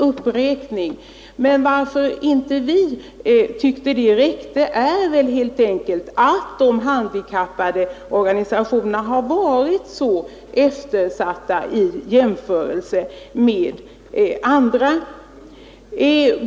Anledningen till att vi inte tycker att detta räcker är att handikapporganisationerna varit så eftersatta i jämförelse med andra.